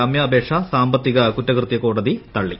ജാമ്യാപേക്ഷ സാമ്പത്തിക കുറ്റകൃത്യ കോടതി തള്ളി